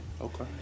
Okay